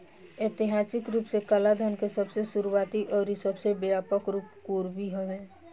ऐतिहासिक रूप से कालाधान के सबसे शुरुआती अउरी सबसे व्यापक रूप कोरवी रहे